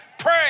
pray